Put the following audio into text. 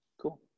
Cool